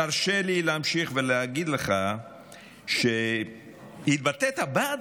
תרשה לי להמשיך ולהגיד לך שהתבטאת בעד